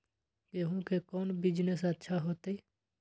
गेंहू के कौन बिजनेस अच्छा होतई?